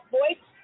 voice